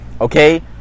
Okay